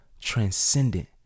transcendent